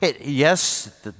yes